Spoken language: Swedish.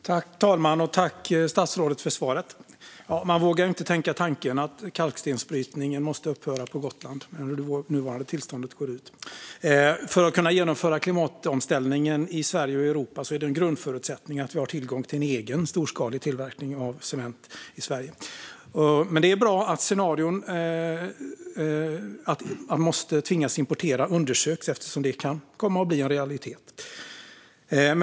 Fru talman! Jag tackar statsrådet för svaret. Man vågar inte tänka tanken att kalkstensbrytningen på Gotland måste upphöra när det nuvarande tillståndet går ut. För att kunna genomföra klimatomställningen i Sverige och Europa är det en grundförutsättning att vi har tillgång till en egen, storskalig tillverkning av cement i Sverige. Det är bra att scenarier där man måste importera undersöks eftersom detta kan komma att bli en realitet.